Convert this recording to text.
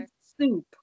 soup